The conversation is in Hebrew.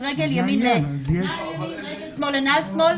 רגל ימין לנעל ימין, רגל שמאל לנעל שמאל.